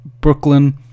Brooklyn